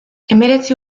hemeretzi